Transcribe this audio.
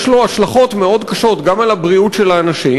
יש לו השלכות מאוד קשות גם על הבריאות של האנשים,